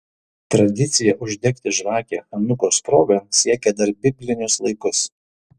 tradicija uždegti žvakę chanukos proga siekia dar biblinius laikus